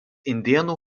indėnų